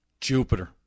Jupiter